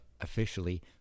officially